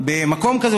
במקום כזה,